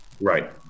Right